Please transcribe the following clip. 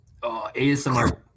ASMR